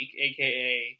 AKA